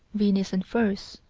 venus in furs.